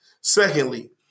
Secondly